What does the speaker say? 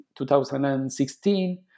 2016